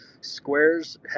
Squares